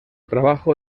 trabajo